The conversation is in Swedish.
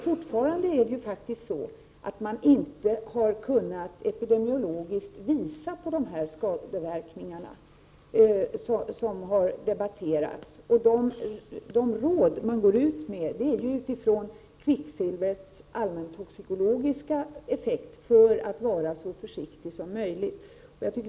Fortfarande har man dock inte kunnat epidemiologiskt visa på de här skadeverkningarna som har debatterats. De råd man går ut med baseras ju på kvicksilvrets allmäntoxikologiska effekt — för att man skall vara så försiktig som möjligt.